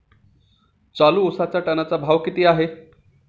चालू उसाचा टनाचा भाव किती आहे?